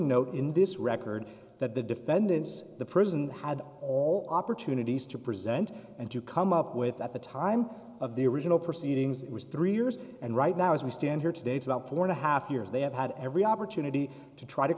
note in this record that the defendants the person had all opportunities to present and to come up with at the time of the original proceedings it was three years and right now as we stand here today to help florida half years they have had every opportunity to try to